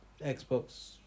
Xbox